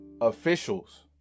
officials